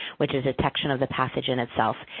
which is detection of the pathogen itself.